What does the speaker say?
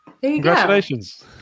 Congratulations